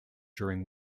during